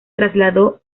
trasladó